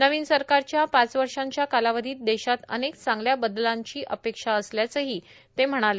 नवीन सरकारच्या पाच वर्षाच्या कालावधीत देशात अनेक चांगल्या बदलांची अपेक्षा असल्याचंही ते म्हणाले